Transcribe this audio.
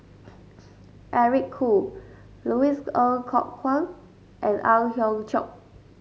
Eric Khoo Louis Ng Kok Kwang and Ang Hiong Chiok